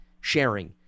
sharing